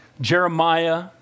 Jeremiah